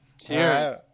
Cheers